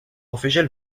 official